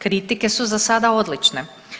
Kritike su za sada odlične.